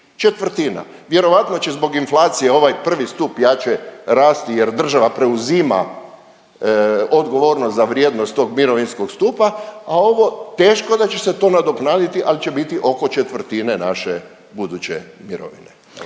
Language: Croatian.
četvrtina. Vjerojatno će zbog inflacije ovaj I. stup jače rasti jer država preuzima odgovornost za vrijednost tog mirovinskog stupa, a ovo, teško da će se to nadoknaditi, ali će biti oko četvrtine naše buduće mirovine.